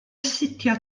astudio